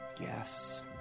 Yes